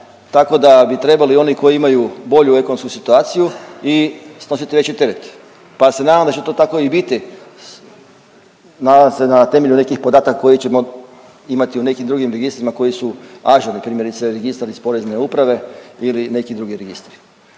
tako da bi trebali oni koji imaju bolju ekonomsku situaciju i snositi veći teret pa se nadam da će to tako i biti, nadam se na temelju nekih podataka koje ćemo imati u nekim drugim registrima koji su ažurni, primjerice registar iz Porezne uprave ili neki drugi registri.